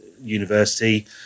university